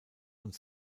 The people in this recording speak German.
und